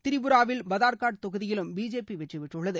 திரிபுராவில் பதர்காட் தொகுதியிலும் பிஜேபி வெற்றிபெற்றுள்ளது